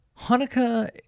Hanukkah